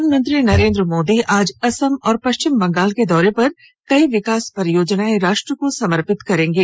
प्रधानमंत्री नरेंद्र मोदी आज असम और पश्चिम बंगाल के दौरे पर कई विकास परियोजनाएं राष्ट्र को समर्पित करेंगे